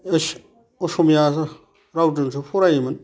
असमिया रावजोंसो फरायोमोन